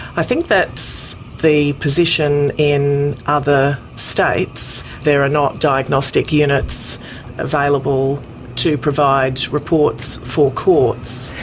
i think that's the position in other states. there are not diagnostic units available to provide reports for courts.